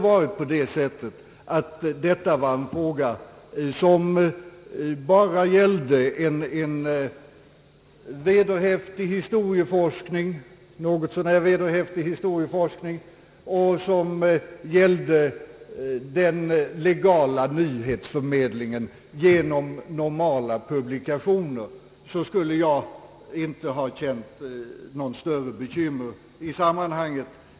Hade det varit en fråga som bara gällde en något så när vederhäftig historieforskning och som gällde den legala nyhetsförmedlingen genom normala publikationer, skulle jag inte ha känt några större bekymmer i sammanhanget.